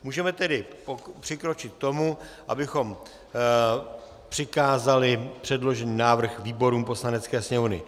Můžeme tedy přikročit k tomu, abychom přikázali předložený návrh výborům Poslanecké sněmovny.